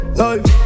life